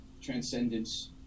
transcendence